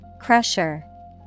Crusher